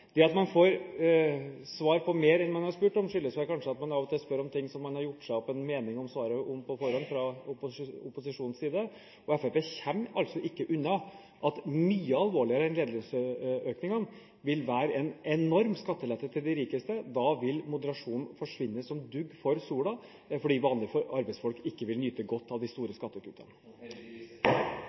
Det at man får svar på mer enn man har spurt om, skyldes vel kanskje at man av og til spør om ting som man fra opposisjonens side har gjort seg opp en mening om svaret på forhånd. Og Fremskrittspartiet kommer altså ikke unna at mye alvorligere enn lederlønnsøkningene vil være en enorm skattelette til de rikeste. Da vil moderasjonen forsvinne som dugg for solen fordi vanlige arbeidsfolk ikke vil nyte godt av de store skattekuttene.